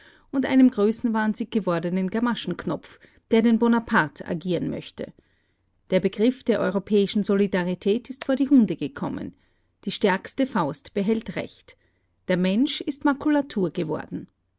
und einem größenwahnsinnig gewordenen gamaschenknopf der den bonaparte agieren möchte der begriff der europäischen solidarität ist vor die hunde gekommen die stärkste faust behält recht der mensch ist makulatur geworden